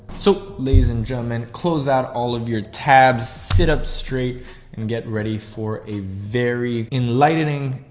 so ladies and gentlemen, close out all of your tabs. sit up straight and get ready for a very enlightening,